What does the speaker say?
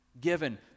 Given